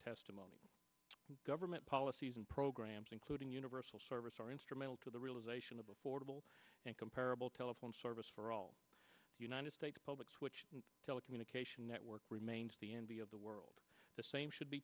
testimony government policies and programs including universal service or instrumental to the realization of affordable and comparable telephone service for all united states public telecommunication network remains the envy of the world the same should be